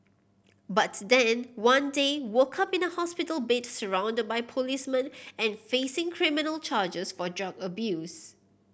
but then one day woke up in a hospital bed surrounded by policemen and facing criminal charges for drug abuse